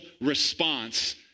response